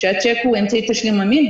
שהצ'ק הוא אמצעי תשלום אמין,